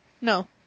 No